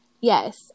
yes